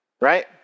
right